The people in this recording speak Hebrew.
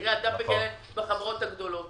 מחירי הדמפינג האלה בחברות הגדולות.